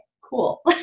cool